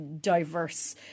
diverse